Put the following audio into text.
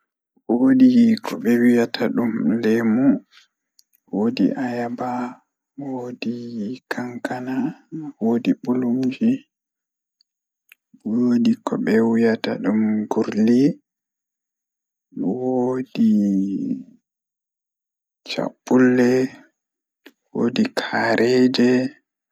Woodii kobe wiyatadum lemu, woodi ayabawoodi kankana woodi bulumji, woodi kobe wiyata dum gurli, woodi chabbulle, woodi kareeje.